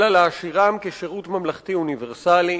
אלא יש להשאירם שירות ממלכתי אוניברסלי.